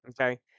Okay